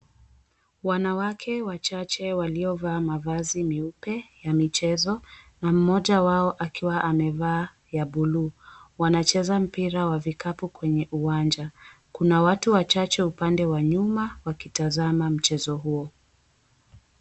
Wanawake wachache waliovaa mavazi meupe ya michezo na mmoja wao akiwa amevaa ya bluu. Wanacheza mpira wa vikapu kwenye uwanja. Kuna watu wachache upande wa nyuma wakitazama mchezo huo.